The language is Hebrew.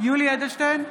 יולי יואל אדלשטיין,